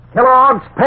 Kellogg's